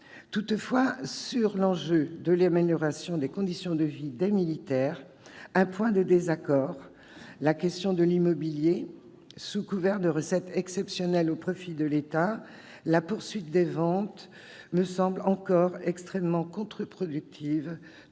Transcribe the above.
Toutefois, sur l'enjeu de l'amélioration des conditions de vie des militaires, un point de désaccord subsiste : la question de l'immobilier. Sous couvert de recettes exceptionnelles au profit de l'État, la poursuite des ventes nous semble extrêmement contre-productive,